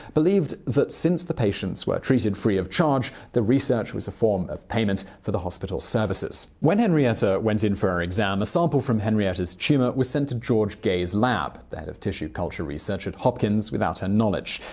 believed that since the patients were treated free of charge, the research was a form of payment for the hospital's services. when henrietta went in for her exam, a sample from henrietta's tumor was sent to george gey's lab, the of tissue culture research at hopkins, without her knowledge.